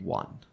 one